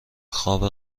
خواب